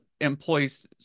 employees